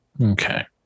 Okay